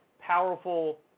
powerful